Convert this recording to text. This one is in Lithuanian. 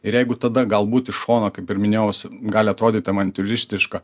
ir jeigu tada galbūt iš šono kaip ir minėjaus gali atrodyt avantiūristiška